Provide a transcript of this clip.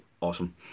awesome